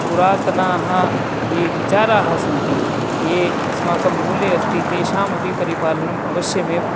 पुरातनाः ये विचाराः सन्ति ये अस्माकं मूले अस्ति तेषाम् अपि परिपालनम् अवश्यमेव